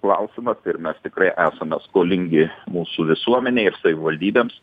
klausimas ir mes tikrai esame skolingi mūsų visuomenei ir savivaldybėms